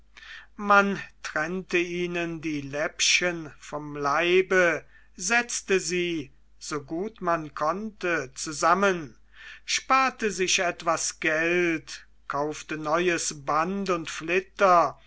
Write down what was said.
man trennte ihnen die läppchen vom leibe setzte sie so gut man konnte zusammen sparte sich etwas geld kaufte neues band und flittern